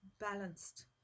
balanced